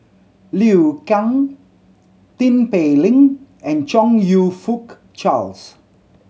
Liu Kang Tin Pei Ling and Chong You Fook Charles